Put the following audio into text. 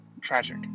tragic